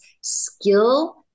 skill